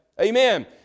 Amen